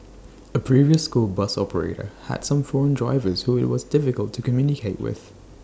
A previous school bus operator had some foreign drivers who IT was difficult to communicate with